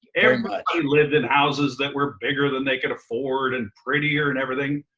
everybody lived in houses that were bigger than they could afford and prettier and everything.